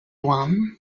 one